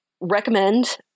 recommend